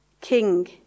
King